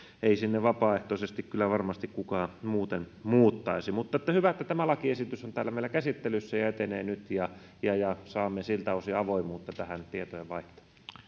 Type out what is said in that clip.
ei sinne vapaaehtoisesti kyllä varmasti kukaan muuten muuttaisi mutta hyvä että tämä lakiesitys on täällä meillä käsittelyssä ja etenee nyt ja ja saamme siltä osin avoimuutta tähän tietojenvaihtoon